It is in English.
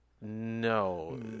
No